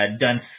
done